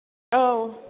औ